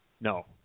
No